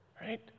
right